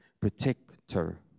protector